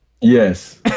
Yes